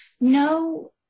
no